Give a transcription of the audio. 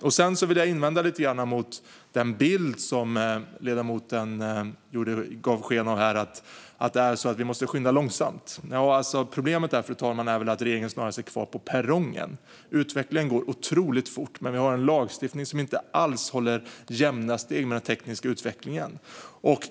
Jag vill också invända lite grann mot den bild som ledamoten gav av att vi måste skynda långsamt. Problemet, fru talman, är snarare att regeringen är kvar på perrongen. Utvecklingen går otroligt fort, och vi har en lagstiftning som inte alls håller jämna steg med den tekniska utvecklingen.